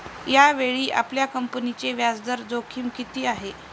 यावेळी आपल्या कंपनीची व्याजदर जोखीम किती आहे?